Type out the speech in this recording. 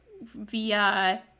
via